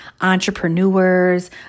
entrepreneurs